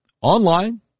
online